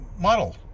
model